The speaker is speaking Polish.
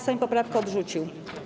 Sejm poprawkę odrzucił.